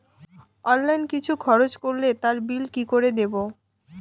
Online কিছু খরচ করলে তার বিল কি করে দেবো?